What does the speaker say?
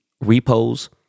repos